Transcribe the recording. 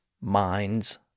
minds